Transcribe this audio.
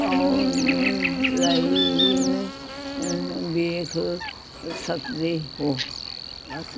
online ਵੇਖ ਸਕਦੇ ਹੋ ਬਸ